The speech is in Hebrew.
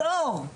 דור.